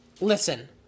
Listen